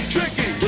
Tricky